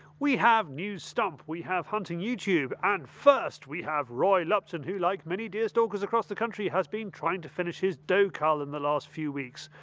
we have news stump, we have hunting youtube and first we have roy lupton who like many deer stalkers across the country has been trying to finish his doe cull in the last few weeks.